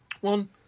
One